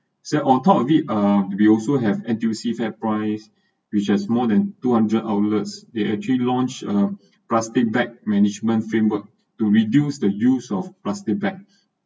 sat on top of it uh we also have N_D_C fairprice which has more than two hundred outlets they actually launched a plastic bag management framework to reduce the use of plastic bags